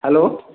hello